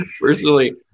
Personally